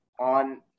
on